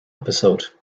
episode